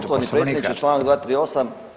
Poštovani predsjedniče, članak 238.